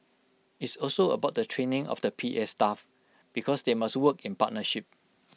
it's also about the training of the P A staff because they must work in partnership